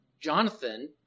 Jonathan